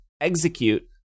Execute